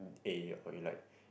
eh what you like